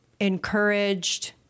encouraged